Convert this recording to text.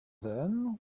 then